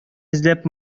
эзләп